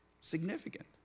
Significant